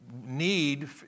need